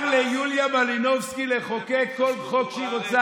מותר ליוליה מלינובסקי לחוקק כל חוק שהיא רוצה,